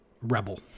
rebel